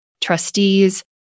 trustees